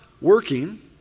working